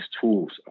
tools